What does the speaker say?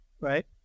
right